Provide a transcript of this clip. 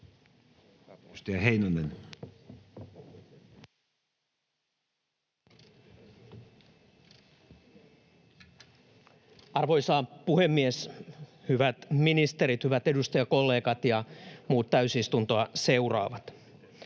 Arvoisa puhemies! Hyvät ministerit, hyvät edustajakollegat ja muut täysistuntoa seuraavat!